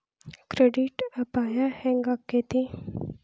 Credit ಅಪಾಯಾ ಹೆಂಗಾಕ್ಕತೇ?